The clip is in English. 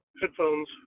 headphones